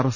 S